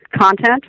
content